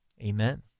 amen